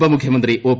ഉപമുഖ്യമന്ത്രി ഒ്